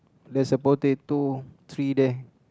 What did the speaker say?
there's a potato tree there